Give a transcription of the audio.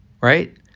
Right